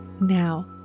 Now